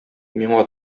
миңа